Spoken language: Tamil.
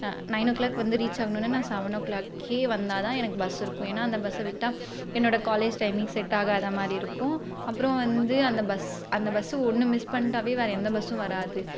நைன் ஓ கிளாக் வந்து ரீச் ஆகணுன்னால் நான் செவன் ஓ கிளாக்கே வந்தால்தான் எனக்கு பஸ் இருக்கும் ஏனால் அந்த பஸ்ஸை விட்டால் என்னோடய காலேஜ் டைமிங் செட் ஆகாத மாதிரி இருக்கும் அப்புறம் வந்து அந்த பஸ் அந்த பஸ் ஒன்று மிஸ் பண்ணிட்டாவே வேற எந்த பஸ்ஸும் வராது